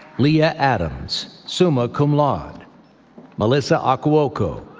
lia adams, summa cum laude melissa akuoko,